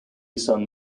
son